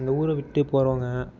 அந்த ஊரை விட்டு போகிறவுங்க